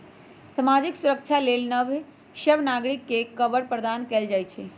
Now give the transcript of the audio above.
सामाजिक सुरक्षा लेल सभ नागरिक के कवर प्रदान कएल जाइ छइ